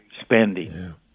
spending